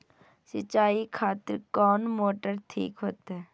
सीचाई खातिर कोन मोटर ठीक होते?